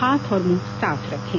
हाथ और मुंह सॉफ रखें